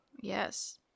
Yes